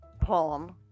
poem